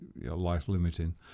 life-limiting